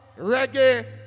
reggae